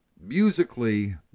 Musically